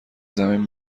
زمین